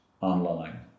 online